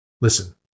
Listen